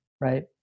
right